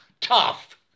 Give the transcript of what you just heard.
tough